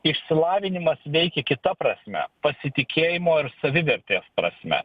išsilavinimas veikia kita prasme pasitikėjimo ir savivertės prasme